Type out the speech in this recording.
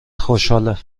خوشحاله